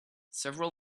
several